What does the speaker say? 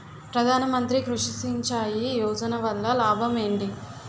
ప్రధాన మంత్రి కృషి సించాయి యోజన వల్ల లాభం ఏంటి?